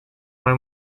mai